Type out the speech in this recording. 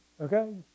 Okay